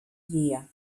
year